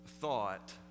thought